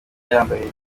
yambaye